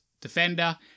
defender